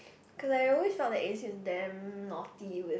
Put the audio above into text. cause I always felt that A_C was damn naughty with